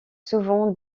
souvent